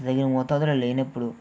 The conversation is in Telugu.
తగిన మోతాదులో లేనపుడు